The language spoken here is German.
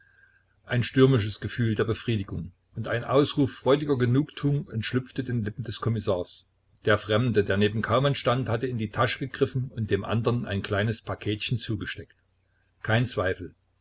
ein stürmisches gefühl der befriedigung und an ausruf freudiger genugtuung entschlüpfte den lippen des kommissars der fremde der neben kaumann stand hatte in die tasche gegriffen und dem andern ein kleines paketchen zugesteckt kein zweifel